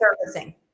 servicing